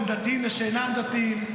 בין דתיים ושאינם דתיים,